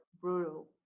brutal